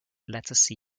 letter